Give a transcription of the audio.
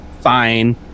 fine